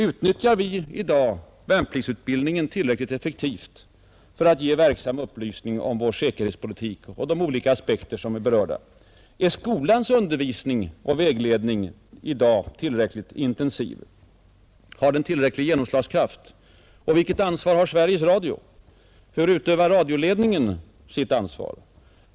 Utnyttjar vi i dag värnpliktsutbildningen tillräckligt effektivt för att ge verksam upplysning om vår säkerhetspolitik och de olika aspekter som är berörda? Är skolans undervisning och yrkesvägledning i dag tillräckligt intensiv? Har den tillräcklig genomslagskraft? Vilket ansvar har Sveriges Radio? Hur utövar radioledningen sitt ansvar?